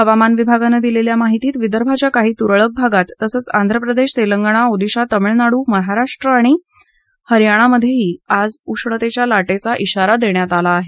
हवामान विभागानं दिलेल्या माहितीत विदर्भाच्या काही तुरळक भागात तसच आंध्र प्रदेश तेलंगाना ओडिशा तमिळनाडू महाराष्ट्र आणि हरियाणा मध्ये आजही उष्णतेच्या लाटेचा खाारा देण्यात आला आहे